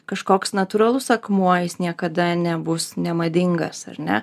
kažkoks natūralus akmuo jis niekada nebus nemadingas ar ne